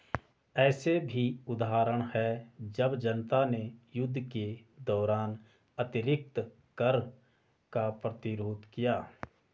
ऐसे भी उदाहरण हैं जब जनता ने युद्ध के दौरान अतिरिक्त कर का प्रतिरोध किया